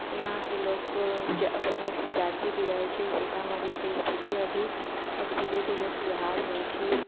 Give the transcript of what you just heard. यहाँके लोकके बहुत से जाति भी रहैत छै सीतामढ़ीके स्थिति अभी अब धीरे धीरे सुधार होइत छै